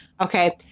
okay